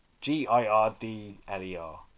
G-I-R-D-L-E-R